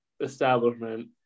establishment